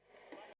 Дякую.